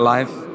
Life